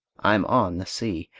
i'm on the sea,